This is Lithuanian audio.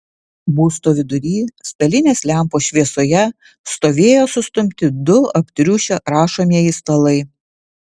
būsto vidury stalinės lempos šviesoje stovėjo sustumti du aptriušę rašomieji stalai